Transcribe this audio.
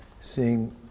seeing